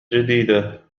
جديدة